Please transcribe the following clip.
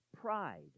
Pride